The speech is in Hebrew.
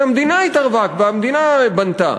כי המדינה התערבה, והמדינה בנתה.